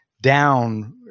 down